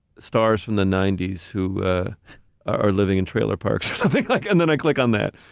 stars from the ninety s who are living in trailer parks or something like, and then i click on that,